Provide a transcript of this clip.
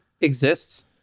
exists